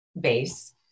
base